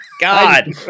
God